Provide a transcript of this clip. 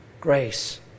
Grace